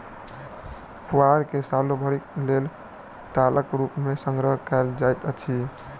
पुआर के सालो भरिक लेल टालक रूप मे संग्रह कयल जाइत अछि